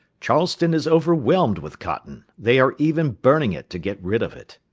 charleston is overwhelmed with cotton they are even burning it to get rid of it.